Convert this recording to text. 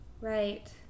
Right